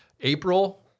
April